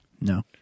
No